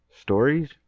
STORIES